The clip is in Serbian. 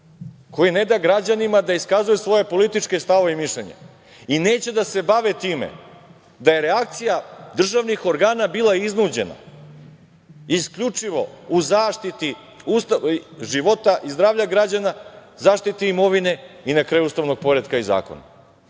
koji ne da građanima da iskazuje svoje političke stavove i mišljenja i neće da se bave time da je reakcija državnih organa bila iznuđena, isključivo u zaštiti života i zdravlja građana, zaštiti imovine i na kraju ustavnog poretka i zakona.